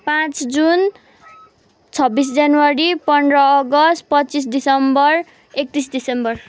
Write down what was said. पाँच जुन छब्बिस जनवरी पन्ध्र अगस्ट पच्चिस डिसेम्बर एकतिस डिसेम्बर